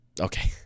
Okay